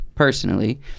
personally